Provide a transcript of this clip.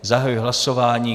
Zahajuji hlasování.